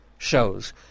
shows